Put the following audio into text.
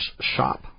shop